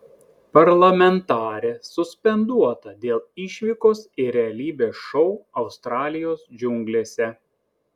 parlamentarė suspenduota dėl išvykos į realybės šou australijos džiunglėse